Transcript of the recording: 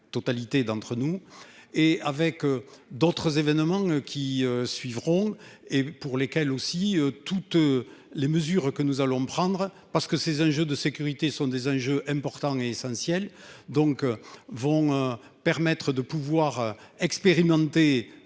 totalité d'entre nous et avec d'autres événements qui suivront et pour lesquels aussi toutes les mesures que nous allons prendre parce que ces enjeux de sécurité sont des enjeux importants et essentiels donc vont permettre de pouvoir expérimenter.